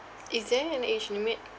is there an age limit